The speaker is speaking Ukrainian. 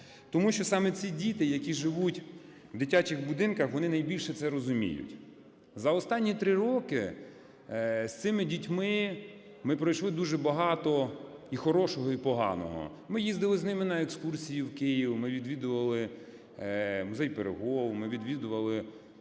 Тому що саме ці діти, які живуть в дитячих будинках, вони найбільше це розуміють. За останні 3 роки з цими дітьми ми пройшли дуже багато і хорошого, і поганого. Ми їздили з ними на екскурсію в Київ. Ми відвідували музей Пирогово, ми відвідували